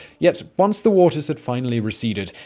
yet, once the waters had finally receded,